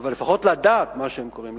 אבל לפחות לדעת מה שהם קוראים.